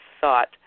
thought